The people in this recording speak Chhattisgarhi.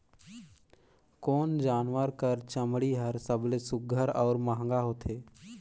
कोन जानवर कर चमड़ी हर सबले सुघ्घर और महंगा होथे?